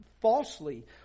falsely